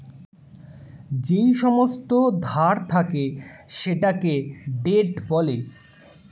যেই সমস্ত ধার থাকে সেটাকে ডেট বলে